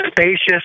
Spacious